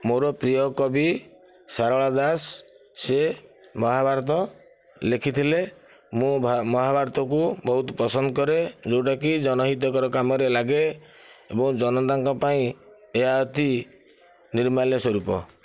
ମୋର ପ୍ରିୟ କବି ସାରଳା ଦାସ ସେ ମହାଭାରତ ଲେଖିଥିଲେ ମୁଁ ମହାଭାରତକୁ ବହୁତ ପସନ୍ଦ କରେ ଯେଉଁଟାକି ଜନହିତକର କାମରେ ଲାଗେ ଏବଂ ଜନତାଙ୍କ ପାଇଁ ଏହା ଅତି ନିର୍ମାଲ୍ୟ ସ୍ୱରୂପ